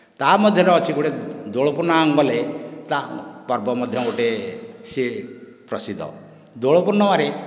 ତା' ମଧ୍ୟରେ ଅଛି ଗୋଟିଏ ଦୋଳପୂର୍ଣ୍ଣିମା ଗଲେ ତା' ପର୍ବ ମଧ୍ୟ ଗୋଟିଏ ସେ ପ୍ରସିଦ୍ଧ ଦୋଳ ପୂର୍ଣ୍ଣିମାରେ